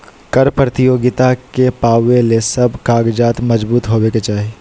कर प्रतियोगिता के पावे ले सब कागजात मजबूत रहे के चाही